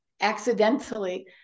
accidentally